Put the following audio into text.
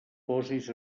posis